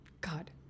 God